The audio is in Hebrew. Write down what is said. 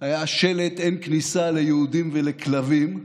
היה שלט "אין כניסה ליהודים ולכלבים",